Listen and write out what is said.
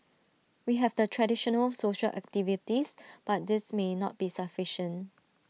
we have the traditional social activities but these may not be sufficient